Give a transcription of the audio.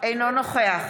אינו נוכח